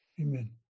Amen